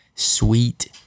Sweet